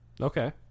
okay